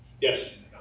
Yes